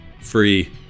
free